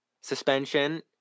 suspension